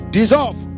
dissolve